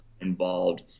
involved